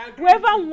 whoever